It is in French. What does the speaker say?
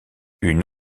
une